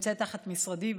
הנמצאת תחת משרדי,